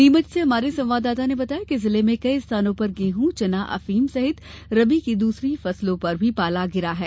नीमच से हमारे संवाददाता ने बताया है कि जिले में कई स्थानों पर गेहूं चना अफीम सहित रबी की दूसरी फसलों पर भी पाला गिरा है